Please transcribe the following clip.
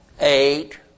Eight